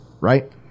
Right